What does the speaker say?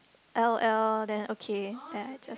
L_O_L then okay then I just